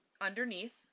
underneath